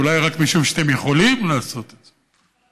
אולי רק משום שאתם יכולים לעשות את זה.